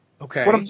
Okay